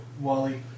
Wally